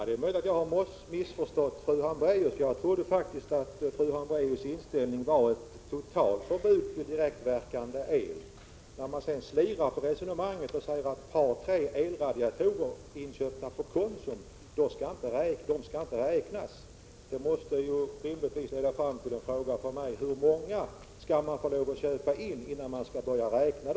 Herr talman! Det är möjligt att jag har missförstått fru Hambraeus. Jag trodde faktiskt att hennes inställning var ett totalförbud för direktverkande el. Men när hon säger att ett par tre elradiatorer inköpta på Konsum inte skall räknas måste det rimligtvis leda fram till frågan: Hur många elradiatorer skall man köpa innan de får räknas?